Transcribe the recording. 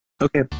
Okay